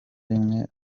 rimwe